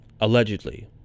Allegedly